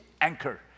anchor